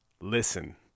listen